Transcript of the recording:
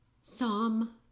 Psalm